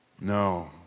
No